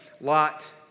Lot